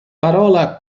parola